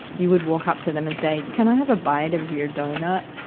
you would walk up to them and say, can i have a bite of your doughnut?